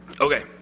okay